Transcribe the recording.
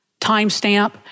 timestamp